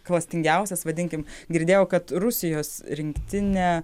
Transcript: klastingiausias vadinkim girdėjau kad rusijos rinktinę